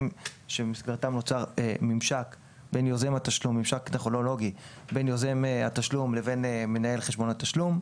שבמסגרתם נוצר ממשק טכנולוגי בין יוזם התשלום לבין מנהל חשבון התשלום.